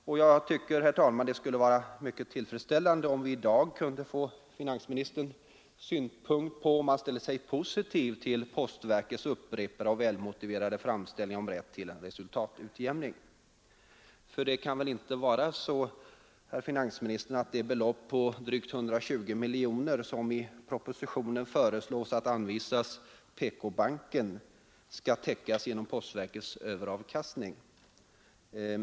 Det vore, herr talman, mycket tillfredsställande, om vi i dag kunde få finansministerns synpunkter på om han ställer sig positiv till postverkets upprepade och välmotiverade framställningar om rätt till resultatutjämning. För det kan väl inte vara så, herr finansminister, att det belopp på drygt 120 miljoner kronor, som i propositionen föreslås att anvisas PK-banken, skall täckas genom postverkets överavkastning?